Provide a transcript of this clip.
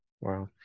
wow